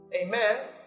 Amen